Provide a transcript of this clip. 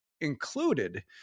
Included